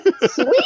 sweet